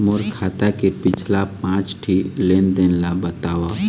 मोर खाता के पिछला पांच ठी लेन देन ला बताव?